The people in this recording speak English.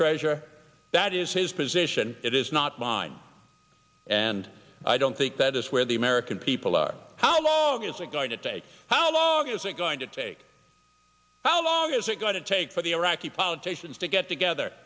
treasure that is his position it is not mine and i don't think that is where the american people are how long is it going to take how long is it going to take how long is it going to take for the iraqi politicians to get together